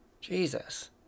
Jesus